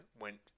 went